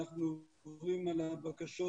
אנחנו עוברים על הבקשות